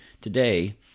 today